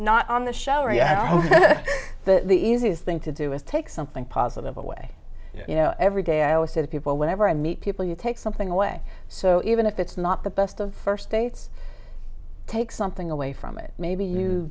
not on the show you know the easiest thing to do is take something positive away you know every day i always say to people whenever i meet people you take something away so even if it's not the best of first dates take something away from it maybe you